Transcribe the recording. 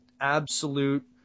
absolute